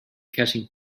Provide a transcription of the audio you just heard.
catching